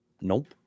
Nope